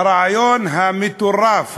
הרעיון המטורף,